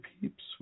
peeps